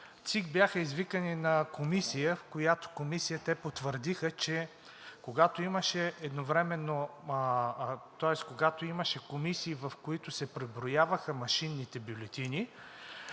бяха извикани на комисия, в която комисия те потвърдиха, че когато имаше комисии, в които се преброяваха машинните бюлетини